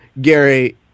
Gary